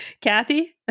Kathy